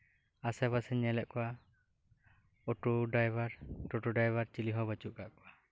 ᱟᱥᱮᱯᱟᱥᱮᱧ ᱧᱮᱞᱮᱫ ᱠᱚᱣᱟ auto driver ᱴᱚᱴᱚ ᱰᱟᱭᱵᱷᱟᱨ ᱪᱤᱞᱤᱦᱚᱸ ᱵᱟᱹᱪᱩᱜ ᱟᱠᱟᱫ ᱠᱚᱣᱟ